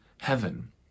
heaven